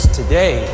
today